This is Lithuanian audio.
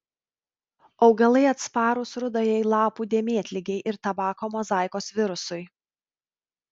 augalai atsparūs rudajai lapų dėmėtligei ir tabako mozaikos virusui